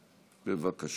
בבקשה.